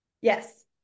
Yes